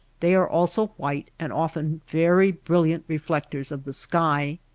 they are also white and often very brilliant reflectors of the sky.